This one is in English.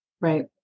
Right